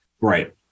Right